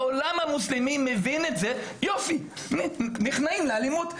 העולם המוסלמי מבין שנכנעים לאלימות,